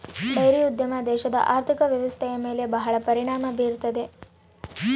dairy ಉದ್ಯಮ ದೇಶದ ಆರ್ಥಿಕ ವ್ವ್ಯವಸ್ಥೆಯ ಮೇಲೆ ಬಹಳ ಪರಿಣಾಮ ಬೀರುತ್ತದೆ